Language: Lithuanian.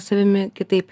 savimi kitaip